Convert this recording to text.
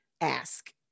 ask